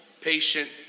patient